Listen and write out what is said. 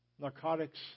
narcotics